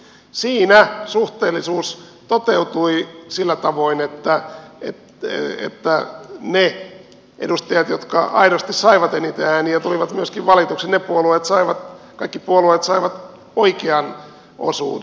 siinä suhteellisuus toteutui sillä tavoin että ne edustajat jotka aidosti saivat eniten ääniä tulivat myöskin valituiksi kaikki puolueet saivat oikean osuuden